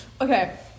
Okay